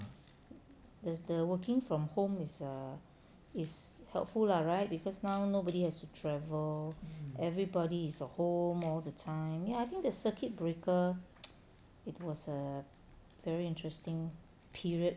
there's the working from home is err is helpful lah right because now nobody has to travel everybody is at home all the time ya I think the circuit breaker it was a very interesting period